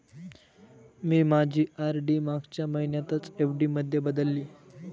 मी माझी आर.डी मागच्या महिन्यातच एफ.डी मध्ये बदलली